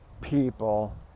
people